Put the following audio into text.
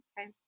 Okay